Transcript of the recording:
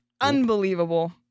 unbelievable